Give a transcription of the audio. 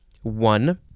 one